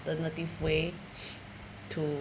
alternative way to